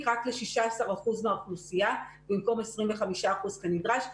רק ל-16% מהאוכלוסייה במקום 25% כנדרש,